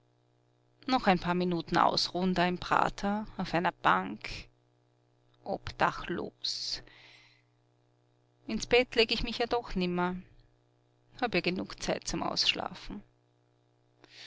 noch ein paar minuten ausruhen da im prater auf einer bank obdachlos ins bett leg ich mich ja doch nimmer hab ja genug zeit zum ausschlafen